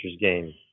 game